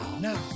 now